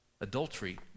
adultery